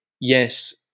Yes